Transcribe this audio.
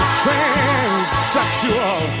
transsexual